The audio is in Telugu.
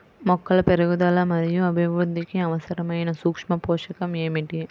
మొక్కల పెరుగుదల మరియు అభివృద్ధికి అవసరమైన సూక్ష్మ పోషకం ఏమిటి?